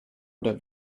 oder